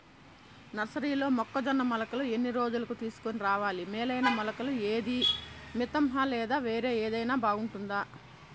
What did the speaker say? నర్సరీలో మొక్కజొన్న మొలకలు ఎన్ని రోజులకు తీసుకొని రావాలి మేలైన మొలకలు ఏదీ? మితంహ లేదా వేరే ఏదైనా బాగుంటుందా?